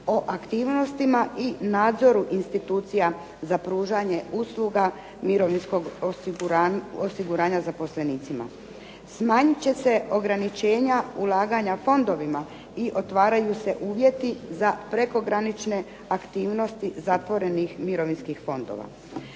o aktivnostima i nadzoru institucija za pružanje usluga mirovinskog osiguranja zaposlenicima. Smanjit će se ograničenja ulaganja fondovima i otvaraju se uvjeti za prekogranične aktivnosti zatvorenih mirovinskih fondova.